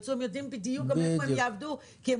הם יודעים בדיוק איפה הם יעבדו כי הם